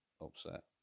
upset